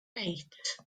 eight